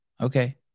okay